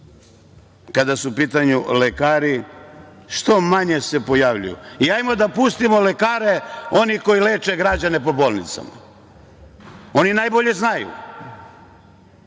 kada su u pitanju lekari, što manje se pojavljuju. Hajde da pustimo lekare, oni koji leče građane po bolnicama, oni najbolje znaju.